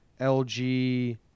LG